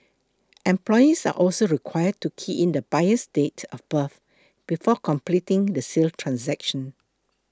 employees are also required to key in the buyer's date of birth before completing the sale transaction